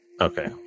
okay